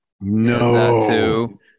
No